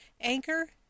Anchor